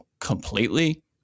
completely